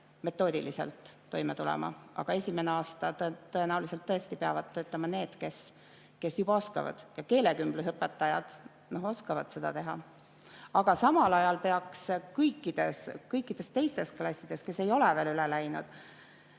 metoodiliselt toime tulema. Aga esimene aasta tõenäoliselt tõesti peavad töötama need, kes juba oskavad, ja keelekümblusõpetajad oskavad seda teha. Aga samal ajal peaks kõikides teistes klassides, kes ei ole veel üle läinud,